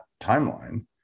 timeline